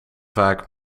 vaak